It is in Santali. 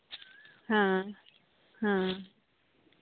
ᱦᱮᱸ ᱦᱮᱸ